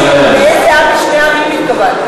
לאיזה עם משני העמים התכוונת?